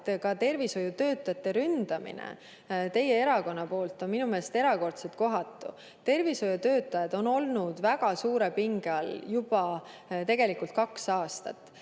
et tervishoiutöötajate ründamine teie erakonna poolt on minu meelest erakordselt kohatu. Tervishoiutöötajad on olnud väga suure pinge all juba kaks aastat.